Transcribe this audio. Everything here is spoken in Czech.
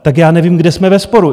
Tak já nevím, kde jsme ve sporu.